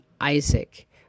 Isaac